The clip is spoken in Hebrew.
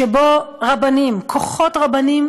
שבו רבנים, כוחות רבניים